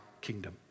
kingdom